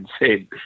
insane